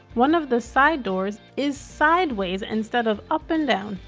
one of the side doors is sideways instead of up and down.